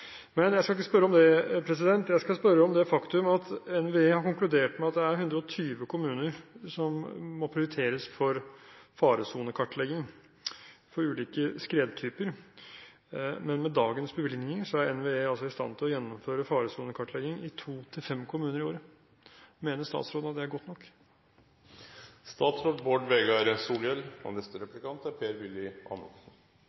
Men jeg skal ikke spørre om det. Jeg skal spørre om det faktum at NVE har konkludert med at det er 120 kommuner som må prioriteres for faresonekartlegging for ulike skredtyper. Men med dagens bevilgninger er NVE i stand til å gjennomføre faresonekartlegging i to til fem kommuner i året. Mener statsråden at det er godt